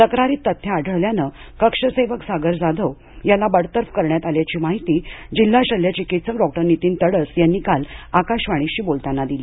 तक्रारीत तथ्य आढळल्यामुळे कक्षसेवक सागर जाधव याला बडतर्फ करण्यात आल्याची माहिती जिल्हा शल्यचिकित्सक डॉक्टर नीतीन तडस यांनी काल आकाशवाणी शी बोलताना दिली